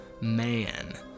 man